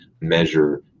measure